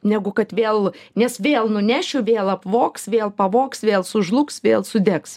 negu kad vėl nes vėl nunešiu vėl apvogs vėl pavogs vėl sužlugs vėl sudegs